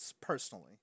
personally